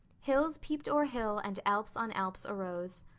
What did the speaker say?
hills peeped o'er hill and alps on alps arose.